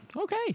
Okay